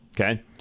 Okay